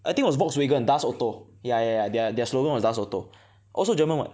I think was Volkswagen das auto ya ya ya their their slogan was das auto also German [what]